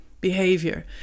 behavior